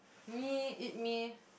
me it me